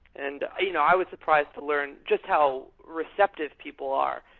and i you know i was surprised to learn just how receptive people are.